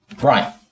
Right